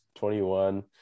21